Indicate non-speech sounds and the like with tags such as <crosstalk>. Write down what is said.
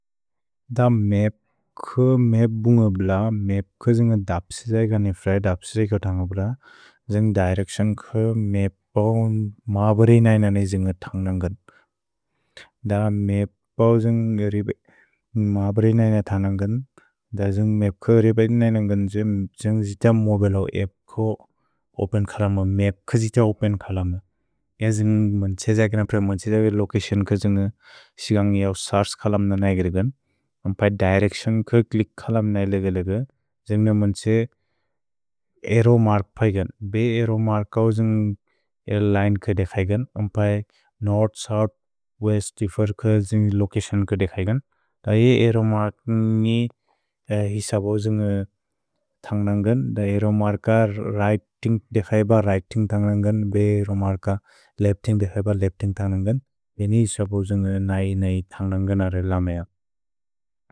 द मेप् क मेप् बुन्ग ब्ल, मेप् क जिन्ग दप्सिजै क निफ्लै, दप्सिजै क तन्ग ब्ल, जन्ग् दैरेक्सन् क मेप् <hesitation> पौन् मबरि नैन ने जिन्ग तन्ग न्गन्। द मेप् पौन् जिन्ग रिबे, <hesitation> मबरि नैन तन्ग न्गन्, द जन्ग् मेप् क रिबे नैन न्गन्, जन्ग् जित मोबिले हो, एपो ओपेन् कलम, मेप् क जित ओपेन् कलम। इअ जिन्ग मन्छे जक न प्रए, मन्छे जग वे लोचतिओन् क जिन्ग सिगन्गि अव् सर्स् कलम न नगेरे गन्। अम्पए दैरेक्सन् क क्लिक् कलम न नेग लेग लेग, जन्ग् न मन्छे अर्रोव् मर्क् पै गन्, बे अर्रोव् मर्क् अव् जिन्ग ऐर्लिने क दे फै गन्। अम्पए नोर्थ्, सोउथ्, वेस्त्, इफर् क जिन्ग लोचतिओन् क दे फै गन्। द इ अर्रोव् मर्किन्ग् इ <hesitation> इस बोजुन्ग् तन्ग न्गन्, द अर्रोव् मर्क् अव् व्रितिन्ग् दे फै ब व्रितिन्ग् तन्ग न्गन्, बे अर्रोव् मर्क् अव् लेफ्तिन्ग् दे फै ब लेफ्तिन्ग् तन्ग न्गन्। इनि इस बोजुन्ग् नै नै तन्ग न्गन् अरि लमेअ।